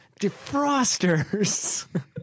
Defrosters